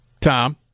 Tom